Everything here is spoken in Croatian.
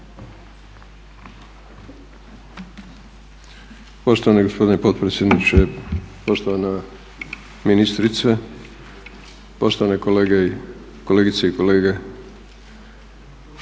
Poštovani gospodine potpredsjedniče, poštovana ministrice, poštovane kolegice i kolege.